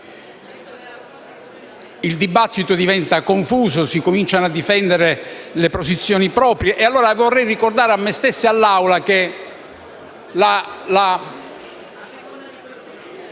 il dibattito diventa confuso e si cominciano a difendere le proprie